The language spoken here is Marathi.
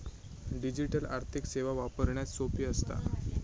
डिजिटल आर्थिक सेवा वापरण्यास सोपी असता